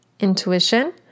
intuition